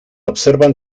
observan